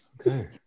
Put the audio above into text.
Okay